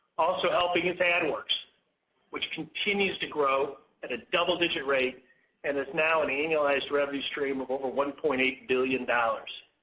also helping is adworks which continues to grow at a double-digit rate and is now an annualized revenue stream of over one point eight billion dollars.